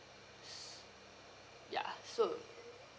s~ yeah so